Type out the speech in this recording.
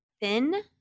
thin